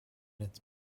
its